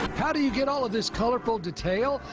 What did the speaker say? how do you get all of this colorful detail?